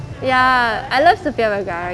ya I love sophia vegara